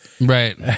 Right